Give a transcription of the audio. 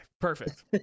perfect